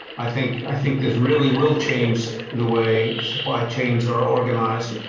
i think i think this really will change the way supply chains are organized.